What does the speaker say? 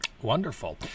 Wonderful